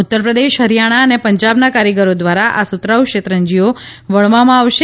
ઉત્તર પ્રદેશ હરિયાણા અને પંજાબના કારીગરો દ્વારા આ સુતરાઉ શેતરંજીઓ વણવામાં આવશે